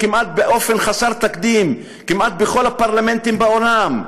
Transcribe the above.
כמעט באופן חסר תקדים כמעט בכל הפרלמנטים בעולם,